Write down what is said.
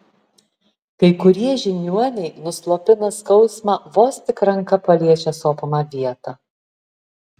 kai kurie žiniuoniai nuslopina skausmą vos tik ranka paliečia sopamą vietą